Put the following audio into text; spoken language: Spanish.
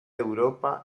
europa